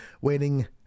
waiting